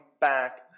back